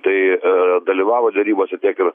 tai dalyvavo derybose tiek ir